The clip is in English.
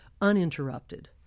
uninterrupted